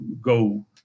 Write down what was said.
go